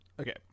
Okay